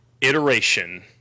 iteration